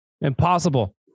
Impossible